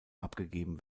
abgegeben